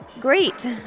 Great